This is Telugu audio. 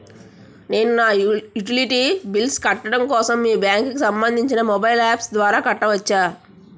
నేను నా యుటిలిటీ బిల్ల్స్ కట్టడం కోసం మీ బ్యాంక్ కి సంబందించిన మొబైల్ అప్స్ ద్వారా కట్టవచ్చా?